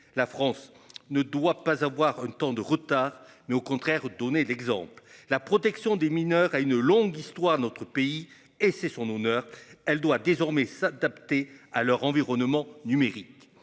La France ne doit pas avoir un temps de retard mais au contraire donner l'exemple. La protection des mineurs, a une longue histoire, notre pays et c'est son honneur. Elle doit désormais s'adapter à leur environnement numérique.